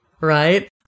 right